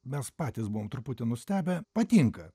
mes patys buvom truputį nustebę patinka